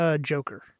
Joker